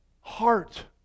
heart